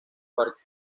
parque